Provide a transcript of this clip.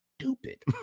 stupid